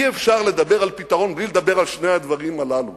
אי-אפשר לדבר על פתרון בלי לדבר על שני הדברים הללו